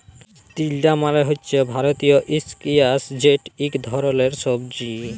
তিলডা মালে হছে ভারতীয় ইস্কয়াশ যেট ইক ধরলের সবজি